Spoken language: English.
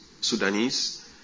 Sudanese